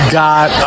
got